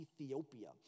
Ethiopia